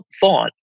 thought